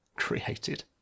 created